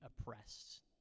oppressed